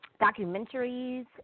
documentaries